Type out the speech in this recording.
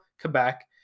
Quebec